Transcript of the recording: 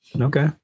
Okay